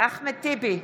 אחמד טיבי,